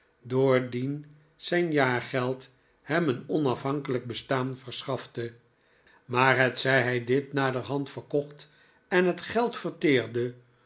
doordien zijn jaargeld hem een onafhankelijk bestaan verschafte maar hetzij hij ditnaderhand verkochtenhetgeld jozep gkimaldi verteerde